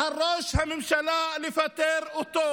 על ראש הממשלה לפטר אותו.